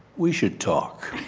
we could talk.